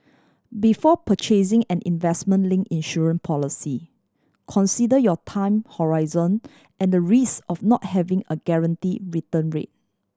before purchasing an investment link insurance policy consider your time horizon and the risk of not having a guarantee return rate